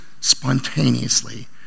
spontaneously